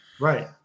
right